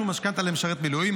דחיית תשלום משכנתה למשרת מילואים),